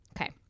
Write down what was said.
Okay